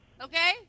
Okay